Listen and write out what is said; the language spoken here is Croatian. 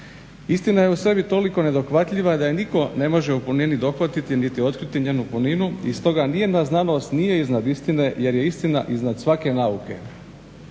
Istina je u sebi toliko nedohvatljiva da je nitko ne može u punini dohvatiti niti otkriti njenu puninu i stoga nijedna znanost nije iznad istine jer je istina iznad svake nauke.